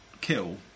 kill